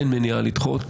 אין מניעה לדחות.